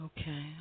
Okay